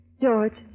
George